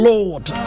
Lord